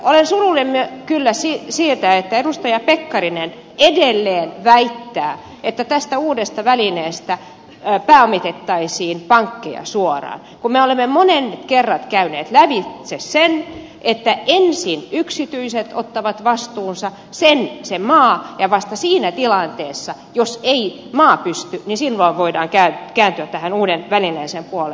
olen surullinen kyllä siitä että edustaja pekkarinen edelleen väittää että tästä uudesta välineestä pääomitettaisiin pankkeja suoraan kun me olemme monet kerrat käyneet lävitse sen että ensin yksityiset ottavat vastuunsa se maa ja vasta siinä tilanteessa jos ei maa pysty voidaan kääntyä tämän uuden välineen puoleen